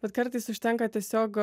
bet kartais užtenka tiesiog